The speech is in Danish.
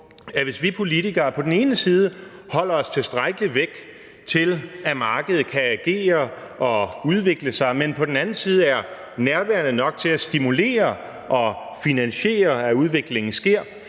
at hvis vi politikere på den ene side holder os tilstrækkelig langt væk, til at markedet kan agere og udvikle sig, men på den anden side er nærværende nok til at stimulere og finansiere, at udviklingen sker,